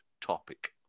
topic